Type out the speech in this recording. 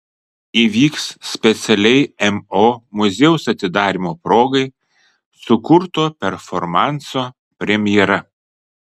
įvyks specialiai mo muziejaus atidarymo progai sukurto performanso premjera